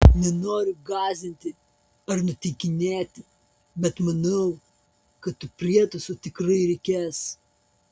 nenoriu gąsdinti ar nuteikinėti bet manau kad tų prietaisų tikrai reikės